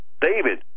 David